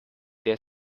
der